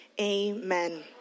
amen